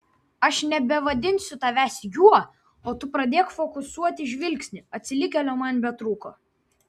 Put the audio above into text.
aš nebevadinsiu tavęs juo o tu pradėk fokusuoti žvilgsnį atsilikėlio man betrūko